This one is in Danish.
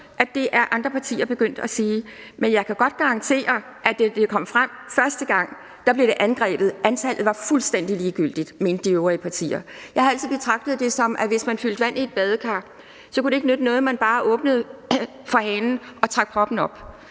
høre at andre partier er begyndt at sige. Men jeg kan godt garantere, at det, da det kom frem første gang, blev angrebet. Antallet var fuldstændig ligegyldigt, mente de øvrige partier. Jeg har altid betragtet det på den måde, at det, hvis man fyldte vand i et badekar, ikke kunne nytte noget, at man bare åbnede for hanen og satte proppen i.